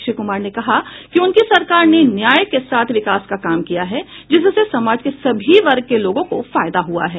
श्री कुमार ने कहा कि उनकी सरकार ने न्याय के साथ विकास का काम किया है जिससे समाज के सभी वर्ग के लोगों को फायदा हुआ है